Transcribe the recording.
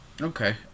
Okay